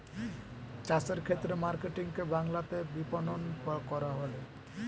চাষের ক্ষেত্রে মার্কেটিং কে বাংলাতে বিপণন করা বলে